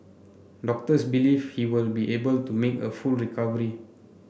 doctors believe he will be able to make a full recovery